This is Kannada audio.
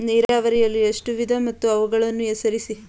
ನೀರಾವರಿಯಲ್ಲಿ ಎಷ್ಟು ವಿಧ ಮತ್ತು ಅವುಗಳನ್ನು ಹೆಸರಿಸಿ?